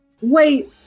Wait